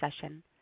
session